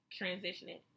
transitioning